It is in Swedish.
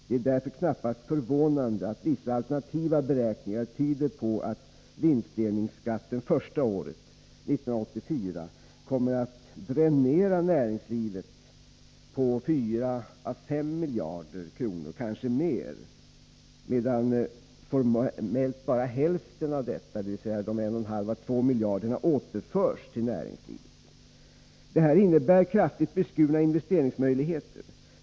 Det är därför knappast förvånande att vissa alternativa beräkningar tyder på att vinstdelningsskatten första året, 1984, kommer att dränera näringslivet på 4 å 5 miljarder kronor och kanske mer, medan formellt bara hälften av detta återförs till näringslivet. Detta innebär kraftigt beskurna investeringsmöjligheter.